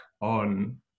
on